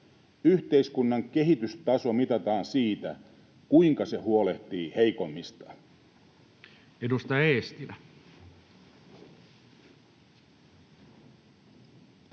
Yhteiskunnan kehitystaso mitataan sillä, kuinka se huolehtii heikoimmistaan.